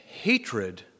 hatred